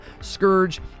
Scourge